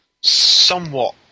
somewhat